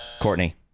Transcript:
Courtney